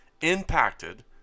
impacted